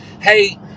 hey